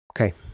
okay